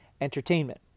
entertainment